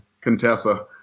Contessa